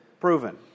proven